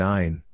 Nine